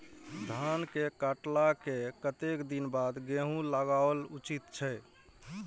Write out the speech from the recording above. धान के काटला के कतेक दिन बाद गैहूं लागाओल उचित छे?